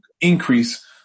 increase